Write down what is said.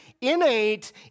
innate